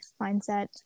mindset